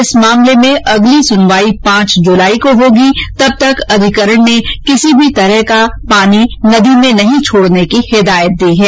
इस मामले में अगली सुनवाई पांच जुलाई को होगी तब तक अधिकरण ने किसी भी तरह का पानी नदी में नहीं छोड़ने की हिदायत दी है